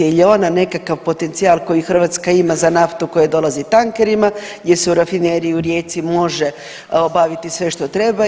Je li ona nekakav potencijal koji Hrvatska ima za naftu koja dolazi tankerima, jer se u rafineriju u Rijeci može obaviti sve što nam treba.